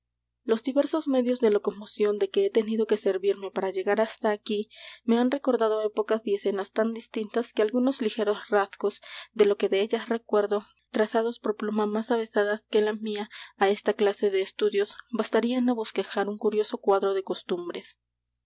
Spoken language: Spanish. los diversos medios de locomoción de que he tenido que servirme para llegar hasta aquí me han recordado épocas y escenas tan distintas que algunos ligeros rasgos de lo que de ellas recuerdo trazados por pluma más avezada que la mía á esta clase de estudios bastarían á bosquejar un curioso cuadro de costumbres